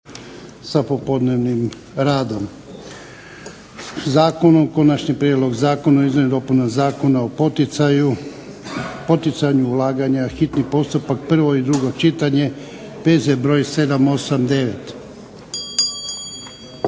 sa popodnevnim radom. - Konačni prijedlog zakona o izmjenama i dopunama Zakona o poticanju ulaganja, hitni postupak, prvo i drugo čitanje, P.Z. br. 789.